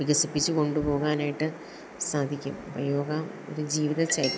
വികസിപ്പിച്ചു കൊണ്ടു പോകാനായിട്ട് സാധിക്കും യോഗ ഒരു ജീവിതചര്യ